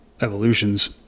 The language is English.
evolutions